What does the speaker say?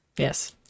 Yes